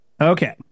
Okay